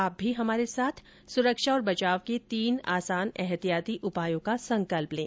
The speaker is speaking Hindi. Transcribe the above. आप भी हमारे साथ सुरक्षा और बचाव के तीन आसान एहतियाती उपायों का संकल्प लें